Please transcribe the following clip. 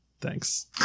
thanks